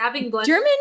German